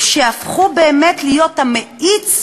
ושהפכו באמת להיות המאיץ